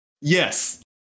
Yes